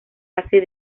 hace